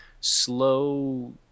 slow